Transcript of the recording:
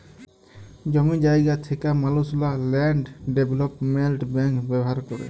জমি জায়গা থ্যাকা মালুসলা ল্যান্ড ডেভলোপমেল্ট ব্যাংক ব্যাভার ক্যরে